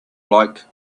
like